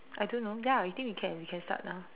I don't know ya I think we can we can start now